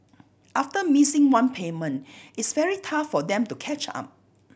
after missing one payment it's very tough for them to catch up